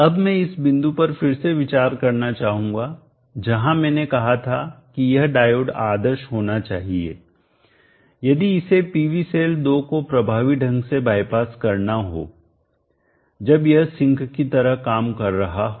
अब मैं इस बिंदु पर फिर से विचार करना चाहूंगा जहां मैंने कहा था कि यह डायोड आदर्श होना चाहिए यदि इसे PV सेल 2 को प्रभावी ढंग से बाईपास करना हो जब यह सिंक की तरह काम कर रहा हो